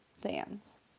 fans